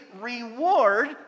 reward